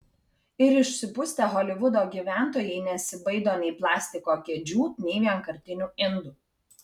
ir išsipustę holivudo gyventojai nesibaido nei plastiko kėdžių nei vienkartinių indų